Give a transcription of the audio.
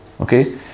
okay